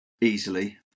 easily